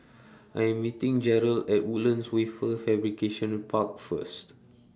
I Am meeting Jerel At Woodlands Wafer Fabrication Park First